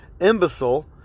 imbecile